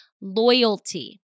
loyalty